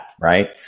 Right